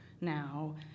now